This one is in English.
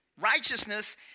Righteousness